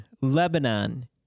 Lebanon